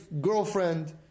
girlfriend